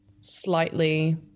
slightly